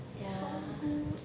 so good